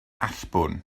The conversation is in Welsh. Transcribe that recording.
allbwn